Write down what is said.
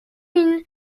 une